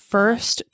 First